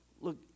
Look